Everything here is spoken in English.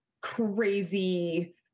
crazy